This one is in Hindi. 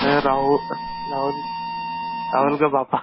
मैं राहु राहुल राहुल का पापा